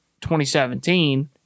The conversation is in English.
2017